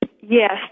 Yes